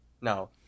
No